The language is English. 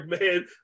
man